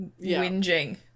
whinging